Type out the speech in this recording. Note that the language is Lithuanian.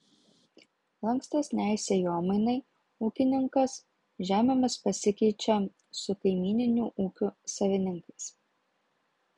lankstesnei sėjomainai ūkininkas žemėmis pasikeičia su kaimyninių ūkių savininkais